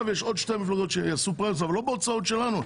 יש עוד שתי מפלגות שעכשיו יעשו פריימריס אבל לא בהוצאות שלנו.